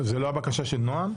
זו לא הבקשה של נעם?